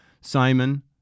Simon